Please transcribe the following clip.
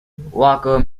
walker